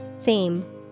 Theme